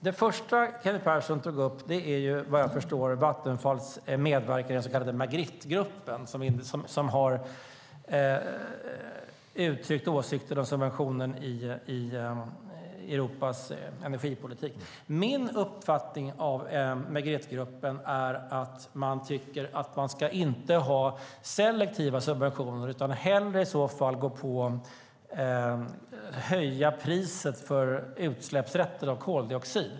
Det första Kent Persson tog upp är, vad jag förstår, Vattenfalls medverkan i den så kallade Magrittegruppen, som har uttryckt åsikter om subventioner inom Europas energipolitik. Min uppfattning av Magrittegruppen är att den tycker att man inte ska ha selektiva subventioner utan i så fall hellre höja priset på utsläppsrätter på koldioxid.